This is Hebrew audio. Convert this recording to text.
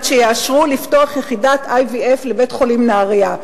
שיאשרו לפתוח יחידת IVF בבית-החולים נהרייה.